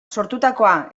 sortutakoa